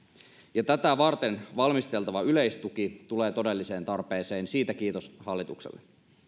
ja tätä varten valmisteltava yleistuki tulee todelliseen tarpeeseen siitä kiitos hallitukselle